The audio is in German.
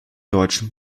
deutschen